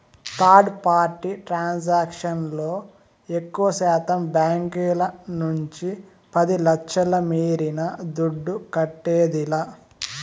third party transaction లో ఎక్కువశాతం బాంకీల నుంచి పది లచ్ఛల మీరిన దుడ్డు కట్టేదిలా